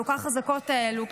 החזקות כל כך,